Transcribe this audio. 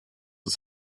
ist